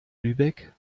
lübeck